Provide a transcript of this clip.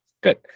Good